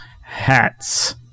Hats